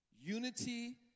Unity